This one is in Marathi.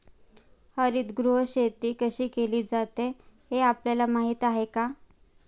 हरितगृह शेती कशी केली जाते हे आपल्याला माहीत आहे का?